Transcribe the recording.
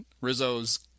Rizzo's